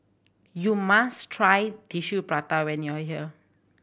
you must try Tissue Prata when you are here